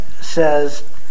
says